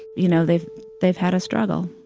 you know, they've they've had a struggle.